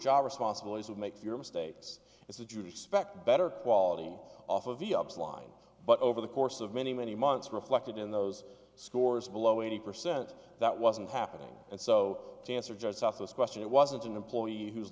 job responsibilities of make fewer mistakes as a jew to expect better quality off of yobs line but over the course of many many months reflected in those scores below eighty percent that wasn't happening and so to answer just off this question it wasn't an employee who